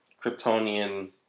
Kryptonian